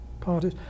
parties